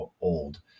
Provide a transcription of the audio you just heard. old